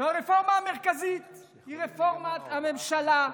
הרפורמה המרכזית היא רפורמת הממשלה.